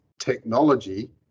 technology